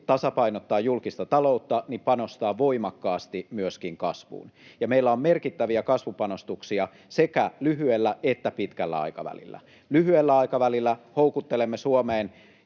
tasapainottaa julkista taloutta myös panostaa voimakkaasti kasvuun. Meillä on merkittäviä kasvupanostuksia sekä lyhyellä että pitkällä aikavälillä. Lyhyellä aikavälillä houkuttelemme Suomeen